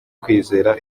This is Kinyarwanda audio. kwizera